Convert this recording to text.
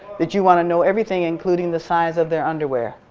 that you want to know everything including the size of their underwear.